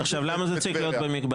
למה זה צריך להיות במקבץ?